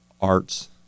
arts